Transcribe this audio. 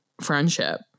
friendship